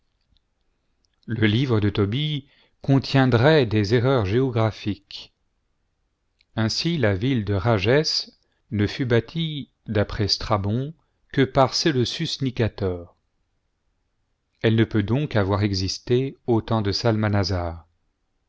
le livre de tobie contiendrait des erreurs géographiques ainsi la ville de rages ne fut bâtie d'après strabon s que par séleucus nicator elle ne peut donc avoir existé au temps de